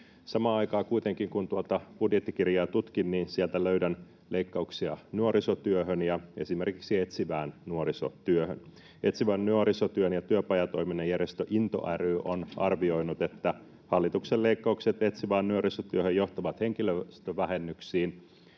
Samaan aikaan kuitenkin, kun tuota budjettikirjaa tutkin, löydän sieltä leikkauksia nuorisotyöhön ja esimerkiksi etsivään nuorisotyöhön. Etsivän nuorisotyön ja työpajatoiminnan järjestö Into ry on arvioinut, että hallituksen leikkaukset etsivään nuorisotyöhön johtavat henkilöstövähennyksiin